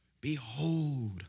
behold